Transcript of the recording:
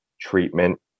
treatment